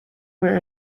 where